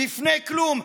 בפני כלום.